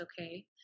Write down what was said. okay